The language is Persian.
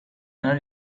کنار